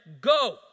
Go